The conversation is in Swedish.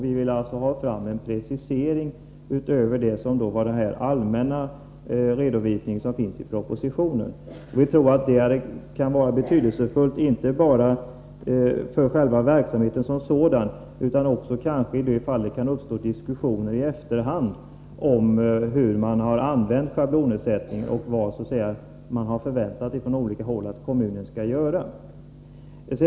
Vi ville ha fram en precisering utöver den allmänna redovisningen i propositionen. Vi tror att det kan vara betydelsefullt inte bara för själva verksamheten som sådan. Det kan ju uppstå diskussioner i efterhand om hur man har använt schablonersättningen och vad man från olika håll har förväntat att kommunen skall göra.